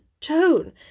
tone